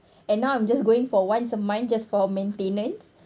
and now I'm just going for once a month just for maintenance